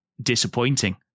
disappointing